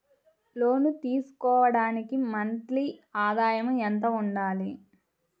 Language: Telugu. లోను తీసుకోవడానికి మంత్లీ ఆదాయము ఎంత ఉండాలి?